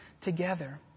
together